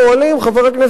חבר הכנסת דנון,